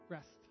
Rest